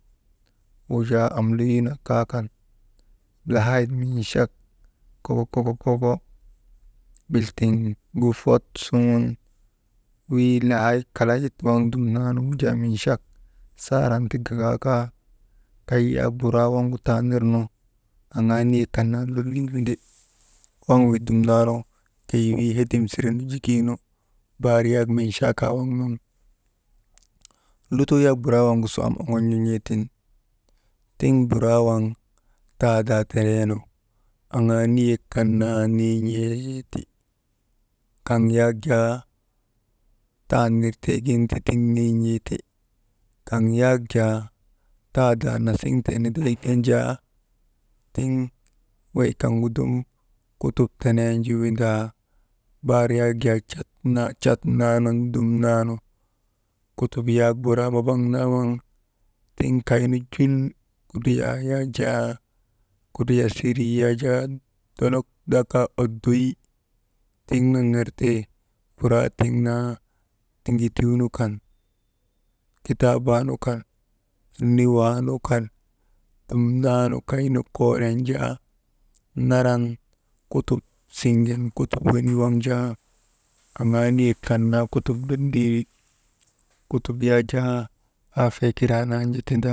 Wuujaa amleyuna kaa kan, lahayit minchak koko, koko, koko, biltiŋ gu fot suŋun, wii lahaayit kalayit waŋ dumnanu saran ti gaga kaa, kay yak buraa waŋgu ta nirnu aŋaa lolii windi, wav wi dumnanu keyi wii hedim sire nujukinu bar yak minchaakaa waŋ nun lutoo yak buraa waŋgu su am oŋon̰nu n̰eetiŋ, tiŋ buraa waŋ taadaa teneenu aŋaa niyek kan naa nin̰eeti, kav yak jaa ta nir tiigin ti tiŋ niin̰eeti, kaŋ yak jaa tadaa nasiŋ tee niday gin jaa tiŋ wey kaŋgu dum kutup tenen ju windaa, bar yak jaa «hesitation» cat naanun dumnanu kutup yak buraa mabaŋ naa waŋ tiŋ kaynu jul kudriyaa yak jaa kudriyasiirii yak jaa dolok dakaa oddoy tiŋ nun ner ti buraa tiŋ naa tin̰gutun kan, kitaaban kan, niwaa nu kan dumnanu kay nu kooren jaa naran kutup siŋgen, kutup wenii waŋ jaa aŋaa niyek kan naa kutup lolii wi, kutup yak jaa aafee kiraa naan ju tindaa.